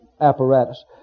apparatus